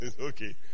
Okay